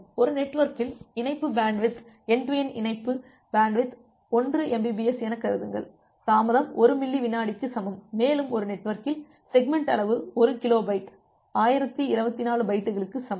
ஒரு நெட்வொர்க்கில் இணைப்பு பேண்ட்வித் என்டு டு என்டு இணைப்பு பேண்ட்வித் 1 mbps எனக் கருதுங்கள் தாமதம் 1 மில்லி விநாடிக்கு சமம் மேலும் ஒரு நெட்வொர்க்கில் செக்மெண்ட் அளவு 1 கிலோ பைட் 1024 பைட்டுகளுக்கு சமம்